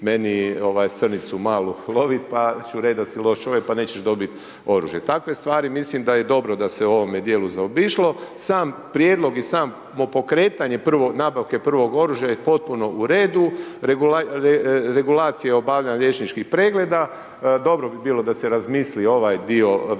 meni srnicu malu loviti pa ću reći da si loš čovjek pa nećeš dobiti oružje. Takve stvari mislim da je dobro da se u ovome dijelu zaobišlo. Sam prijedlog i samo pokretanje, prvo nabavke prvog oružja je potpuno u redu. Regulacijom obavljen liječničkih pregleda. Dobro bi bilo da se razmisli ovaj dio vezano